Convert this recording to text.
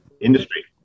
industry